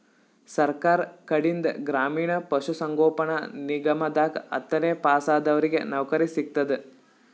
ಸರ್ಕಾರ್ ಕಡೀನ್ದ್ ಗ್ರಾಮೀಣ್ ಪಶುಸಂಗೋಪನಾ ನಿಗಮದಾಗ್ ಹತ್ತನೇ ಪಾಸಾದವ್ರಿಗ್ ನೌಕರಿ ಸಿಗ್ತದ್